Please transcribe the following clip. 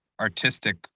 artistic